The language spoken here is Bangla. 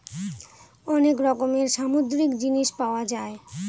অনেক রকমের সামুদ্রিক জিনিস পাওয়া যায়